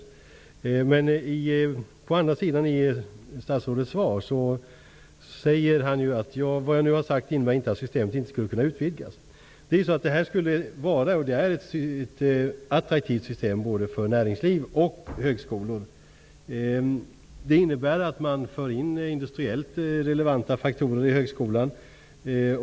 Jag får skylla mig själv, eftersom jag uppenbarligen ställde frågan litet slarvigt. I slutet av statsrådets svar säger han: ''Vad jag nu har sagt innebär inte att systemet inte skulle kunna utvidgas.'' Detta system är attraktivt både för näringsliv och högskolor. Det innebär att man för in industriellt relevanta faktorer i högskolan.